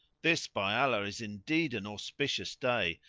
this, by allah, is indeed an auspicious day,